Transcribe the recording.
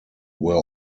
were